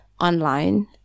online